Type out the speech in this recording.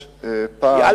ה"משהו".